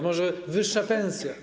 Może wyższa pensja?